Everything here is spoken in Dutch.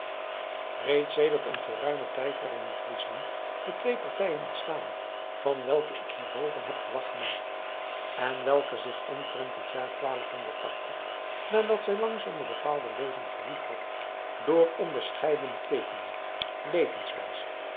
reeds sedert een geruimen tijd waren in friesland de twee partijen ontstaan van welke ik hierboven heb gewag gemaakt en welke zich omtrent het jaar nadat zij lang zonder bepaalde leuzen gewoed hadden door onderscheidene teekenen levenswijs